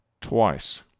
twice